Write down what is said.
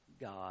God